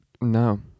no